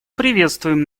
приветствуем